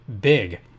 big